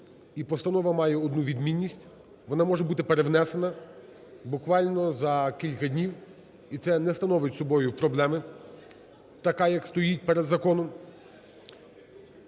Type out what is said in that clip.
і постанова має одну відмінність: вона може бути перевнесена буквально за кілька днів. І це не становить собою проблеми така, як стоїть перед законом.